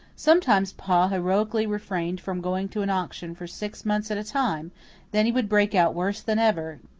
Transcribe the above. sometimes pa heroically refrained from going to an auction for six months at a time then he would break out worse than ever,